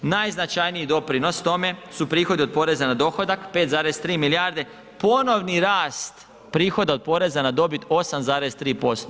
Najznačajniji doprinos tome su prihodi od poreza na dohodak 5,3 milijarde, ponovni rast prihoda od poreza na dobit 8,3%